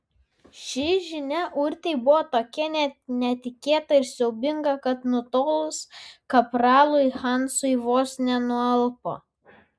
ši žinia urtei buvo tokia netikėta ir siaubinga kad nutolus kapralui hansui vos nenualpo